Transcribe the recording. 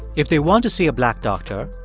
if they want to see a black doctor,